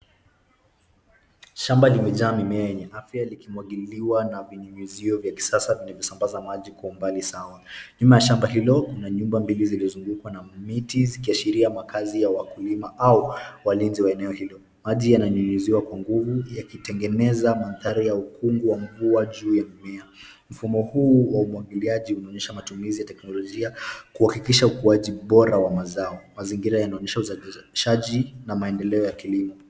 Shamba limejaa mimea yenye afya likimwagililiwa na vinyunyizio vya kisasa vinavyo sambaza maji kwa umbali sawa. Nyuma ya shamba hilo kuna nyumba mbili zilizungukwa na miti zikiashiria makazi ya wakulima au walinzi wa eneo hilo. Maji yananyunyiziwa kwa nguvu ikitengeneza mandhari ya ukungu wa mvua juu ya mimea. Mfumo huu wa umwagiliaji unaonesha matumizi ya teknolojia kuhakikisha ukuaji bora wa mazao. Mazingira yanaonesha uzalishaji na maendeleo ya kilimo.